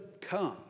come